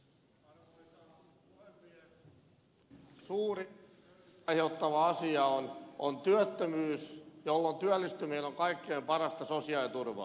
suuri köyhyyttä aiheuttava asia on työttömyys jolloin työllistyminen on kaikkein parasta sosiaaliturvaa